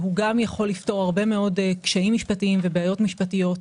הוא גם יכול לפתור הרבה מאוד קשיים משפטיים ובעיות משפטיות,